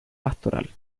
pastoral